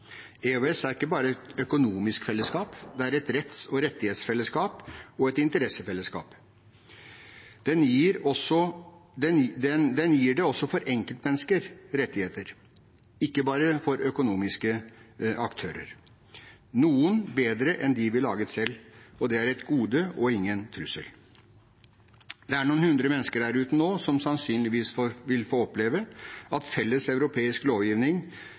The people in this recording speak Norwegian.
er ikke bare et økonomisk felleskap – det er også et retts- og rettighetsfellesskap og et interessefellesskap. Den gir også enkeltmennesker rettigheter – ikke bare økonomiske aktører. Noen er bedre enn dem vi laget selv. Det er et gode og ingen trussel. Det er noen hundre mennesker der ute nå som sannsynligvis vil få oppleve at felles europeisk lovgivning